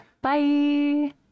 Bye